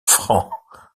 francs